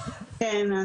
כן,